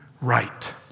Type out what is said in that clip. right